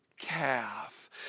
calf